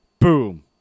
boom